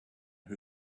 who